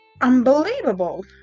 unbelievable